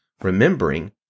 remembering